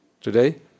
today